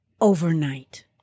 overnight